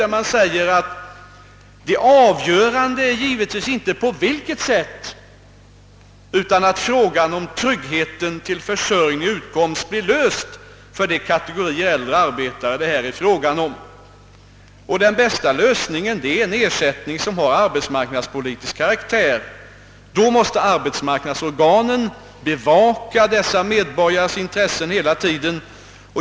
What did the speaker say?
Där anförs nämligen att det avgörande givetvis inte är, på vilket sätt frågan om tryggheten till försörjning och utkomst blir löst för de kategorier av äldre arbetare det gäller, utan att så verkligen sker. Den bästa lösningen torde vara att införa en ersättning som har arbetsmarknadspolitisk karaktär. Därför måste arbetsmarknadsorganen hela tiden bevaka dessa medborgares intressen.